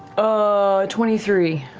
ah twenty three.